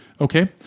Okay